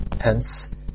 Hence